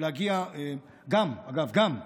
להגיע, גם, אגב, גם,